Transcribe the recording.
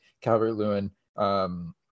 Calvert-Lewin